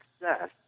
success